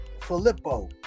Filippo